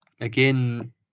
again